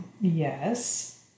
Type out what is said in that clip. Yes